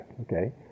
okay